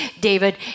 David